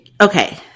okay